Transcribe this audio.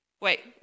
wait